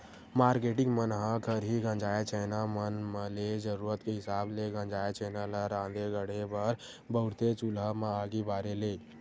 marketing मन ह खरही गंजाय छैना मन म ले जरुरत के हिसाब ले गंजाय छेना ल राँधे गढ़हे बर बउरथे चूल्हा म आगी बारे ले